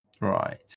Right